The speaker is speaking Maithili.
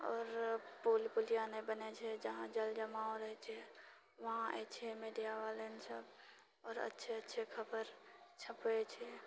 आओर पुल पुलिआ नहि बनैत छै जहाँ जल जमाव रहैत छै वहाँ आय छै मीडियावालनसभ आओर अच्छे अच्छे खबरि छपैत छै